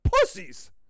Pussies